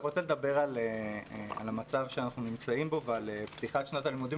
אני רוצה לדבר על המצב שאנחנו נמצאים בו ועל פתיחת שנת הלימודים